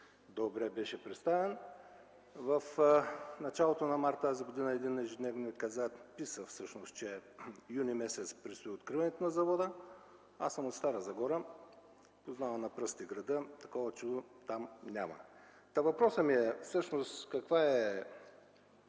той беше представен. В началото на март тази година един ежедневник писа, че през юни месец предстои откриването на завода. Аз съм от Стара Загора, познавам на пръсти града. Такова чудо там няма! Въпросът ми е: всъщност какво се